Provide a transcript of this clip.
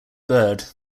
byrd